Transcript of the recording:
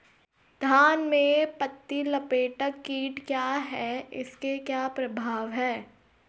धान में पत्ती लपेटक कीट क्या है इसके क्या प्रभाव हैं?